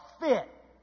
fit